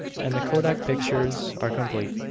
and the kodak pictures are complete,